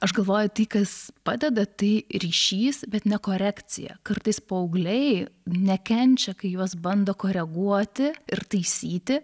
aš galvoju tai kas padeda tai ryšys bet ne korekcija kartais paaugliai nekenčia kai juos bando koreguoti ir taisyti